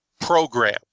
program